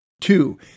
Two